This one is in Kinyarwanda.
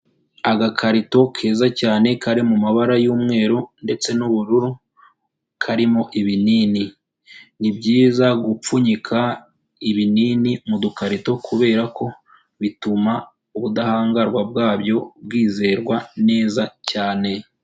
Agakarito keza cyane kari mu mabara y'umweru ndetse n'ubururu karimo ibinini. Ni byiza gupfunyika ibinini mu dukarito kubera ko bituma ubudahangarwa bwabyo bwizerwa neza cyane.